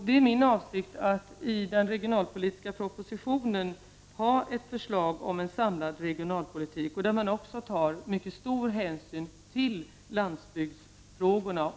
Det är min avsikt att i den regionalpolitiska propositionen ha ett förslag om en samlad regionalpolitik, där man också tar mycket stor hänsyn till landsbygdsfrågorna.